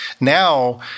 Now